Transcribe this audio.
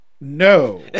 No